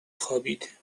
خوابید